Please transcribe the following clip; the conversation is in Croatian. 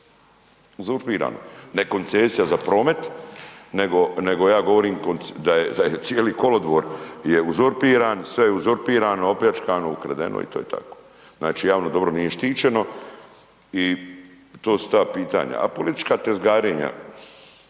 uzurpirano. Ne koncesija za promet nego ja govorim da je cijeli kolodvor je uzurpiran, sve je uzurpirano, opljačkano, ukradeno i to je tako. Znači javno dobro nije štićeno i to su ta pitanja. A politička tezgarenja,